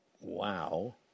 wow